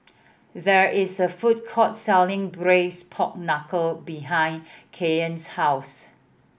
there is a food court selling braise pork knuckle behind Caryn's house